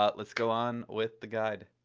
ah let's go on with the guide.